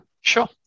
Sure